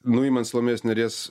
nuimant salomėjos nėries